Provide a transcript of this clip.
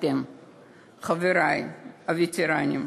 חברי הווטרנים,